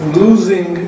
losing